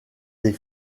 des